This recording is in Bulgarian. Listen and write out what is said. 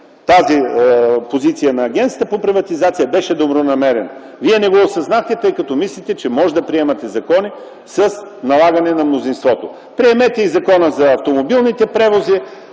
тази позиция на Агенцията за приватизация, беше добронамерено. Вие не го осъзнахте, тъй като мислите, че можете да приемате закони с налагане на мнозинството. Приемете и Закона за автомобилните превози